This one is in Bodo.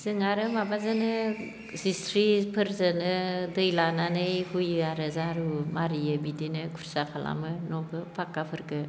जों आरो माबाजोनो जिस्रिफोरजोनो दै लानानै हुयो आरो जारु मारियो बिदिनो खुरसा खालामो न'खो पाक्काफोरखो